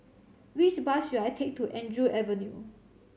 which bus should I take to Andrew Avenue